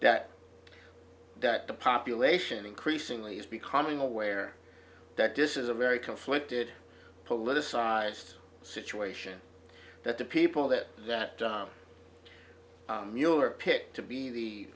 that that the population increasingly is becoming aware that this is a very conflicted politicized situation that the people that that mueller picked to be the